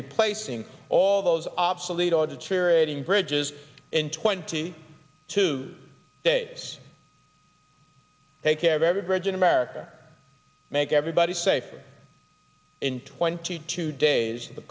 replacing all those obsolete or deteriorating bridges in twenty two days take care of every bridge in america make everybody safe in twenty two days the